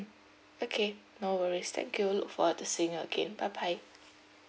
okay no worries thank you look forward to seeing you again bye bye